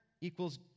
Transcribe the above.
equals